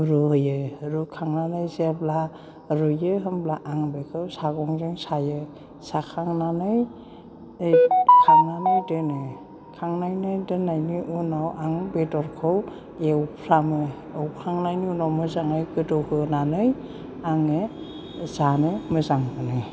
रुयो रुखांनानै जेब्ला रुयो होमब्ला आं बेखौ सागंजों सायो साखांनानै दै होखांनानै दोनो खांनानै दोननायनि उनाव आं बेदरखौ एवफ्रामो एवखांनायनि उनाव मोजाङै गोदौहोनानै आङो जानो मोजां मोनो